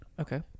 Okay